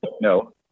No